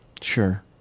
Sure